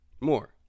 More